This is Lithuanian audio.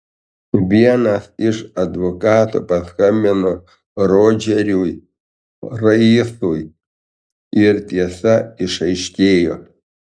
vienas iš advokatų paskambino rodžeriui raisui ir tiesa išaiškėjo